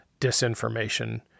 disinformation